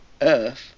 Earth